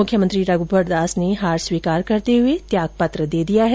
मुख्यमंत्री रघुबर दास ने हार स्वीकार करते हुए त्याग पत्र दे दिया है